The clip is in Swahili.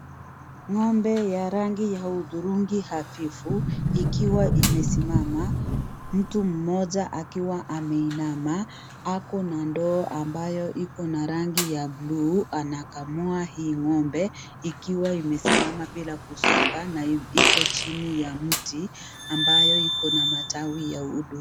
Ng'ombe ya rangi ya udhurungi afifu, ikiwa amesimama. Mtu mmoja akiwa ameinama, ako na ndoo ambayo iko rangi ya blue anakamua hii ng'ombe ikiwa imesimama bila kusonga na iko chini ya mti, ambayo Iko na matawi ya udhu.